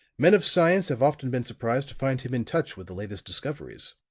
men of science have often been surprised to find him in touch with the latest discoveries,